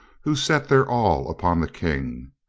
who set their all upon the king.